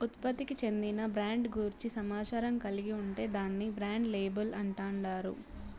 ఉత్పత్తికి చెందిన బ్రాండ్ గూర్చి సమాచారం కలిగి ఉంటే దాన్ని బ్రాండ్ లేబుల్ అంటాండారు